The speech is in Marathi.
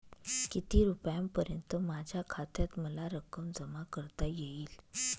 किती रुपयांपर्यंत माझ्या खात्यात मला रक्कम जमा करता येईल?